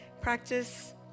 practice